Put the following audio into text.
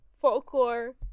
Folklore